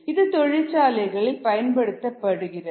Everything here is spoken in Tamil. இது தொழிற்சாலைகளில் பயன்படுத்தப்படுகிறது